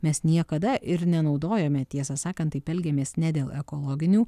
mes niekada ir nenaudojome tiesą sakant taip elgiamės ne dėl ekologinių